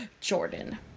Jordan